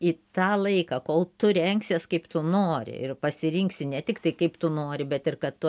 į tą laiką kol tu rengsies kaip tu nori ir pasirinksi ne tik tai kaip tu nori bet ir kad tu